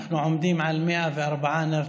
אנחנו עומדים על 104 נרצחים,